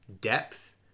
depth